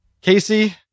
Casey